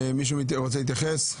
מישהו רוצה להתייחס?